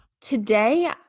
Today